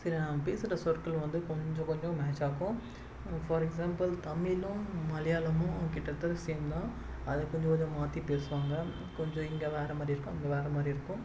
சில நாம் பேசுகிற சொற்கள் வந்து கொஞ்சம் கொஞ்சம் மேட்சாகும் ஃபார் எக்ஸாம்பிள் தமிழும் மலையாளமும் கிட்டத்தட்ட சேம் தான் அதை கொஞ்சம் கொஞ்சம் மாற்றி பேசுவாங்க கொஞ்சம் இங்கே வேறு மாதிரி இருக்கும் அங்கே வேறு மாதிரி இருக்கும்